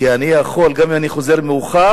כי אני יכול, גם אם אני חוזר מאוחר,